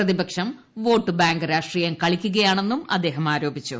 പ്രതിപക്ഷം vote bank രാഷ്ട്രീയം കളിക്കുകയാണെന്നും അദ്ദേഹം ആരോപിച്ചു